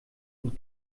und